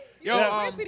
Yo